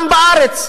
גם בארץ,